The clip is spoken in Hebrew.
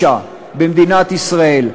9 במדינת ישראל.